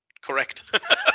correct